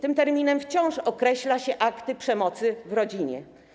Tym terminem wciąż określa się akty przemocy w rodzinie.